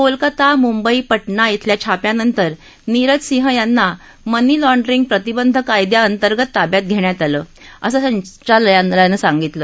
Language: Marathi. कोलकाता मुंबई पटना इथल्या छाप्यानंतर नीरज सिंह यांना मनी लॉंड्रिंग प्रतिबंध कायद्याअंतर्गत ताब्यात घेण्यात आलं असं संचालनालयानं सांगितलं